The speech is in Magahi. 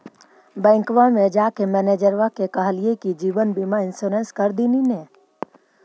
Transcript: बैंकवा मे जाके मैनेजरवा के कहलिऐ कि जिवनबिमा इंश्योरेंस कर दिन ने?